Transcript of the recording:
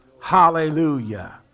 hallelujah